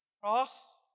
Cross